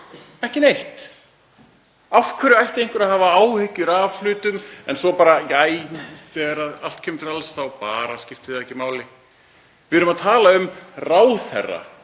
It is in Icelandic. ekki neitt. Af hverju ætti einhver að hafa áhyggjur af hlutum en svo bara: Æ, þegar allt kemur til alls þá skiptir það bara ekki máli? Við erum að tala um ráðherra